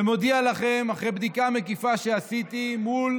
ומודיע לכם, אחרי בדיקה מקיפה שעשיתי מול